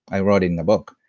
i wrote in the book.